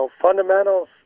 Fundamentals